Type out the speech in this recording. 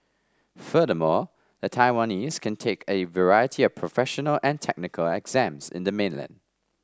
furthermore the Taiwanese can take a variety of professional and technical exams in the mainland